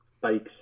bikes